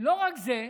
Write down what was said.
לא רק זה,